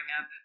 up